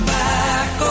back